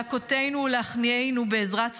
להכותנו ולהכניענו בעזרת שכיריו,